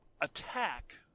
attack